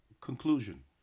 conclusion